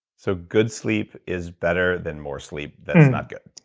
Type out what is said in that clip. so good sleep is better than more sleep that's not good?